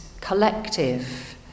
collective